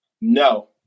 No